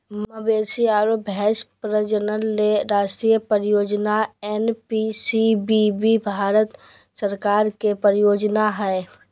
मवेशी आरो भैंस प्रजनन ले राष्ट्रीय परियोजना एनपीसीबीबी भारत सरकार के परियोजना हई